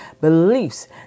beliefs